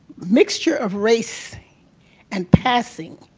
mixture of race and passing,